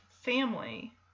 family